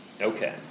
Okay